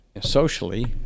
socially